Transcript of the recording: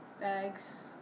bags